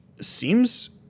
seems